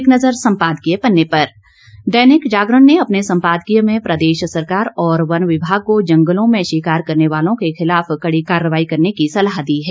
एक नजर सम्पादकीय पन्ने पर दैनिक जागरण ने अपने संपादकीय में प्रदेश सरकार व वन विभाग को जंगलों में शिकार करने वालों के खिलाफ कड़ी कार्रवाई करने की सलाह दी है